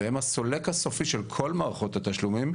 והם הסולק הסופי של כל מערכות התשלומים,